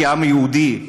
העם היהודי,